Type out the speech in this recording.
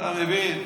אתה מבין?